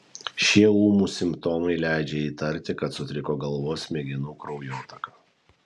šie ūmūs simptomai leidžia įtarti kad sutriko galvos smegenų kraujotaka